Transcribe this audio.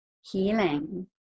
healing